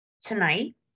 tonight